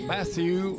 Matthew